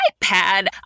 iPad